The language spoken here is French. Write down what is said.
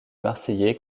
marseillais